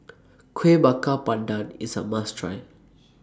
Kueh Bakar Pandan IS A must Try